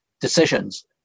decisions